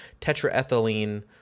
tetraethylene